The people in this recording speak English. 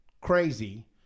crazy